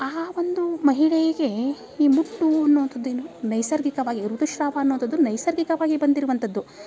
ಆ ಒಂದು ಮಹಿಳೆಗೇ ಈ ಮುಟ್ಟು ಅನ್ನುವಂಥದ್ ಏನು ನೈಸರ್ಗಿಕವಾಗಿ ಋತುಸ್ರಾವ ಅನ್ನುವಂಥದು ನೈಸರ್ಗಿಕವಾಗಿ ಬಂದಿರುವಂಥದ್ದು